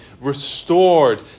restored